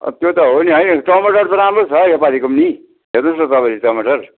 त्यो त हो नि होइन टमाटर त राम्रो छ यो पालिको पनि हेर्नुहोस् न तपाईँले टमाटर